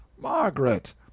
Margaret